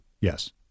Yes